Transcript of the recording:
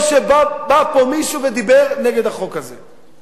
מישהו שבא לפה ודיבר נגד החוק הזה.